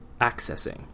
accessing